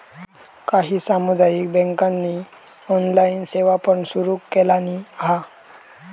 काही सामुदायिक बँकांनी ऑनलाइन सेवा पण सुरू केलानी हा